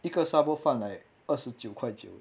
一个沙煲饭 like 二十九块九